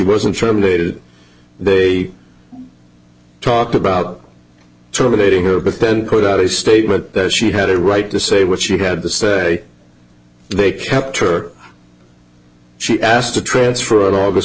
wasn't terminated they talked about terminating her but then put out a statement that she had a right to say what she had to say they kept her she asked to transfer